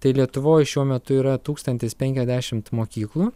tai lietuvoj šiuo metu yra tūkstantis penkiasdešimt mokyklų